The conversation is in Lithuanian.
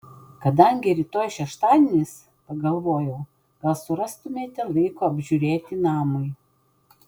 kadangi rytoj šeštadienis pagalvojau gal surastumėte laiko apžiūrėti namui